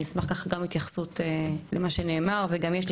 אני אשמח להתייחסות למה שנאמר וגם יש לי